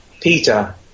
Peter